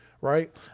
right